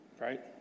right